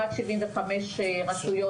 רק 75 רשויות,